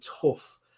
tough